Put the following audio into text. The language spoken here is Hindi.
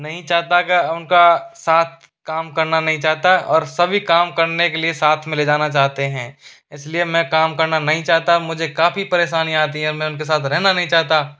नहीं चाहता का उनका साथ काम करना नहीं चाहता और सभी काम करने के लिए साथ में ले जाना चाहते हैं इसलिए मैं काम करना नहीं चाहता और मुझे काफ़ी परेशानी आती है और मैं उनके साथ रहना नहीं चाहता